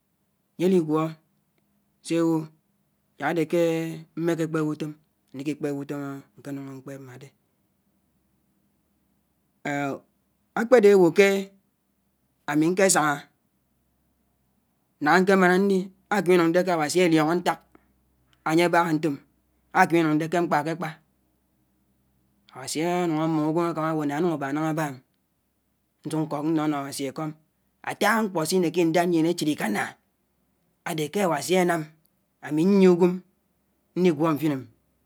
anye aligwọ se ewo jake ade ke mme kpeh utom, anhke kpeh utom ake nungo rupeb mmode ahpede awo ami ñkesañga ñañga ñke mana ali akémé inuñg ide ke Awasi aliọñgo ñtak anye abaha ñtom. Akeme inúng ide ke ñkpa ke kpa. Awasi anuñg amum unwem ahámá awo ana anuñg aba nañga aba ̃ nsuk nọnọ Awasi ekọm. Ataa ñkpọ sineki idad nyien echid ikana, ade ke Awasi anam ami ñyie uñwem nigwọ mfine ̃